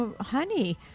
Honey